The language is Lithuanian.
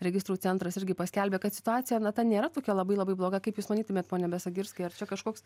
registrų centras irgi paskelbė kad situacija na ta nėra tokia labai labai bloga kaip jūs manytumėt pone besagirskai ar čia kažkoks